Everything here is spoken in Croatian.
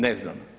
Ne znam.